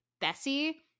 Bessie